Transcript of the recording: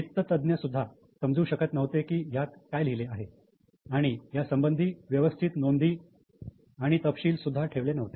वित्त तज्ञ सुद्धा समजू शकत नव्हते की यात काय लिहिले आहे आणि या संबंधी व्यवस्थित नोंदी आणि तपशील सुद्धा ठेवले नव्हते